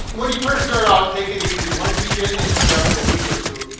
and when you first start out, take it easy. once you get into it after a week or two,